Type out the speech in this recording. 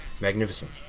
magnificent